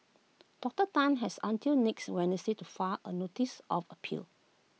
Doctor Tan has until next Wednesday to far A notice of appeal